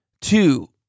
two